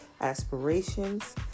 aspirations